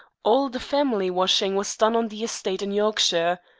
all the family washing was done on the estate in yorkshire.